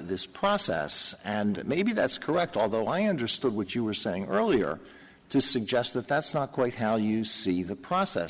this process and maybe that's correct although i understood what you were saying earlier to suggest that that's not quite how you see the process